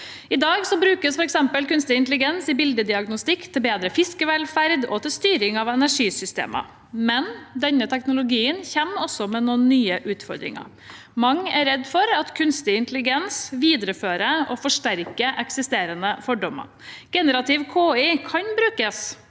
I dag brukes f.eks. kunstig intelligens i bildediagnostikk, til å bedre fiskevelferd og til styring av energisystemer. Men denne teknologien kommer også med noen nye utfordringer. Mange er redd for at kunstig intelligens viderefører og forsterker eksisterende fordommer. Generativ KI kan brukes